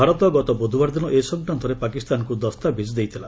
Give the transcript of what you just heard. ଭାରତ ଗତ ବୁଧବାର ଦିନ ଏ ସଂକ୍ରାନ୍ତରେ ପାକିସ୍ତାନକୁ ଦସ୍ତାବିଜ୍ ଦେଇଥିଲା